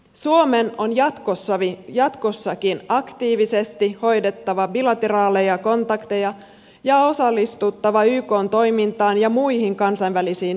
suomen on jatkossakin aktiivisesti hoidettava bilateraaleja kontakteja ja osallistuttava ykn toimintaan ja muihin kansainvälisiin yhteisöihin